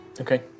okay